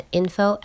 info